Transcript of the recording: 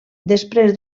després